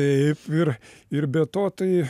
taip ir ir be to tai